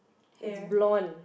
it's blonde